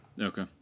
Okay